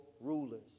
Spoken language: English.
rulers